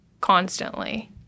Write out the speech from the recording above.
constantly